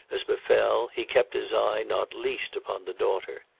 as befell, he kept his eye not least upon the daughter.